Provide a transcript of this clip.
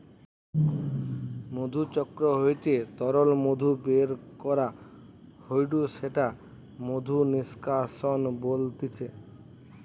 মধুচক্র হইতে তরল মধু বের করা হয়ঢু সেটা মধু নিষ্কাশন বলতিছে